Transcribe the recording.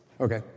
Okay